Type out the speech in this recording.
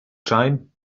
giant